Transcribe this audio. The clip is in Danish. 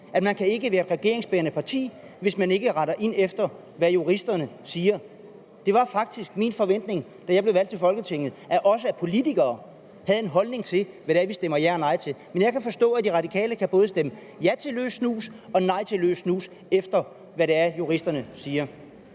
at man ikke kan være et regeringsbærende parti, hvis man ikke retter ind efter, hvad juristerne siger. Det var faktisk min forventning, da jeg blev valgt til Folketinget, at også politikere har en holdning til, hvad det er, de stemmer ja og nej til; men jeg kan forstå, at De Radikale både kan stemme ja til løs snus og nej til løs snus, alt efter hvad juristerne siger.